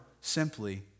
simply